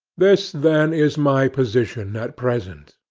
this, then, is my position at present.